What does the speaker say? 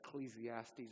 Ecclesiastes